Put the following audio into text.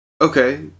okay